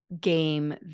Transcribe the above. game